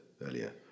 earlier